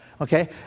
Okay